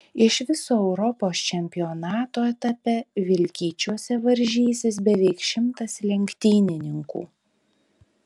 iš viso europos čempionato etape vilkyčiuose varžysis beveik šimtas lenktynininkų